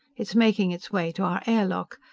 it's making its way to our air lock.